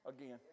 again